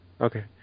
okay